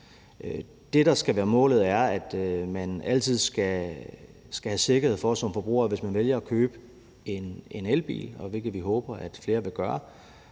Det, der skal være målet, er, at man som forbruger altid skal have sikkerhed for, at hvis man vælger at købe en elbil, hvilket vi håber at flere vil gøre,